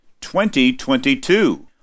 2022